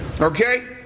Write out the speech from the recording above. Okay